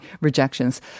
rejections